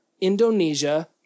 Indonesia